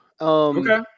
Okay